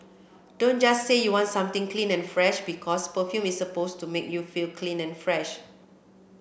don't just say you want something clean and fresh because perfume is supposed to make you feel clean and fresh